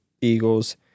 Eagles